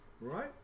right